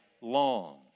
long